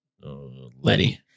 Letty